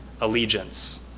allegiance